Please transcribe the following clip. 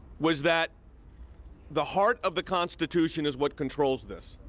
was that the heart of the constitution is what controls this.